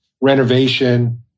renovation